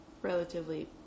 relatively